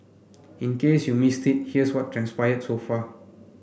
in case you missed it here's what transpired so far